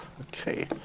Okay